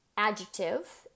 Adjective